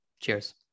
Cheers